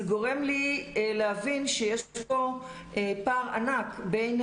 זה גורם לי להבין שיש פה פער ענק בין